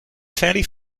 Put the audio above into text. fairly